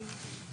פותחת